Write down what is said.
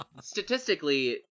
statistically